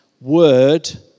word